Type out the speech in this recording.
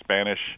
Spanish